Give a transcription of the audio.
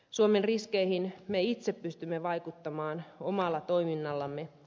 suomen riskeihin me itse pystymme vaikuttamaan omalla toiminnallamme